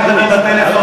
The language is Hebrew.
גם מדבר בטלפון,